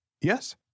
Yes